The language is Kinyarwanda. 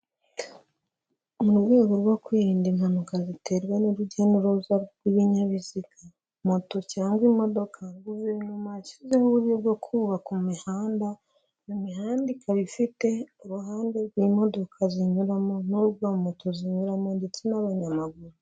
Mu rwego rwo kwirinda impanuka ziterwa n'urujya n'uruza rw'ibinyabiziga, moto cyangwa imodoka, guverinoma yashyizeho uburyo bwo kubaka imihanda, imihanda ikaba ifite uruhande rw'imodoka zinyuramo urwo moto zinyuramo ndetse n'abanyamaguru.